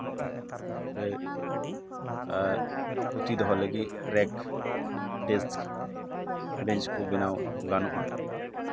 ᱯᱩᱛᱷᱤ ᱫᱚᱦᱚ ᱞᱟ ᱜᱤᱫ ᱨᱮᱠ ᱰᱮᱥᱠ ᱵᱮᱧᱪ ᱠᱚ ᱵᱮᱱᱟᱣ ᱜᱟᱱᱚᱜᱼᱟ